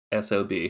SOB